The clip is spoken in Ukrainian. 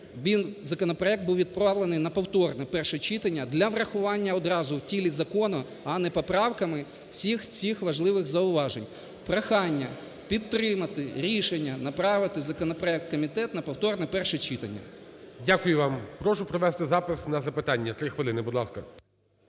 він, законопроект був відправлений на повторне перше читання для врахування одразу в тілі закону, а не поправками всіх цих важливих зауважень. Прохання підтримати рішення направити законопроект в комітет на повторне перше читання. ГОЛОВУЮЧИЙ. Дякую вам. Прошу провести запис на запитання, 3 хвилини, будь ласка.